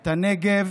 את הנגב